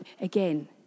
again